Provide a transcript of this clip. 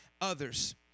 others